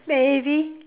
maybe